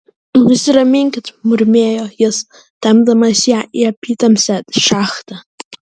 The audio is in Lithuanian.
nusiraminkit murmėjo jis tempdamas ją į apytamsę šachtą